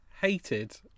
hated